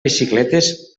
bicicletes